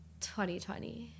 2020